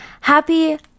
Happy